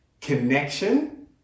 Connection